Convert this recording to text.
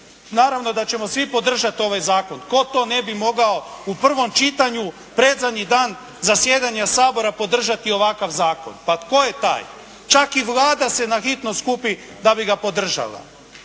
naravno da ćemo svi podržati ovaj Zakon. Tko to ne bi mogao u prvom čitanju predzadnji dan zasjedanja Sabora podržati ovakav zakon? Pa tko je taj. Čak i Vlada se na hitno skupi da bi ga podržala.